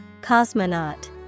Cosmonaut